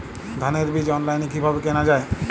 ধানের বীজ অনলাইনে কিভাবে কেনা যায়?